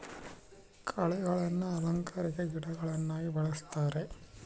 ಕಳೆಗಳನ್ನ ಅಲಂಕಾರಿಕ ಗಿಡಗಳನ್ನಾಗಿ ಬೆಳಿಸ್ತರೆ